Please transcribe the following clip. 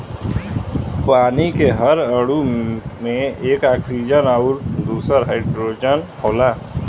पानी के हर अणु में एक ऑक्सीजन आउर दूसर हाईड्रोजन होला